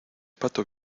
pato